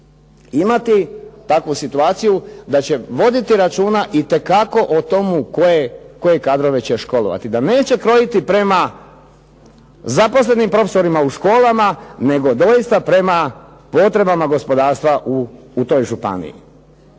imati takvu situaciju da će voditi računa itekako o tomu koje kadrove će školovati, da neće krojiti prema zaposlenim profesorima u školama nego doista prema potrebama gospodarstva u toj županiji.